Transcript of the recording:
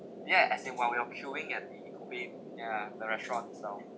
ya as in while we are queueing at the kobe ya the restaurant itself